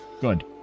Good